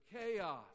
chaos